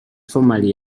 formerly